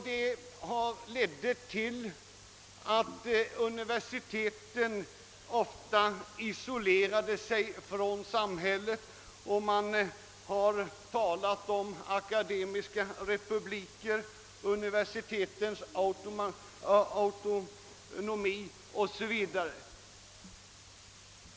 Det ledde till att universiteten ofta isolerade sig från samhället, och man har talat om akademiska republiker, universitetens autonomi 0. s. Vv.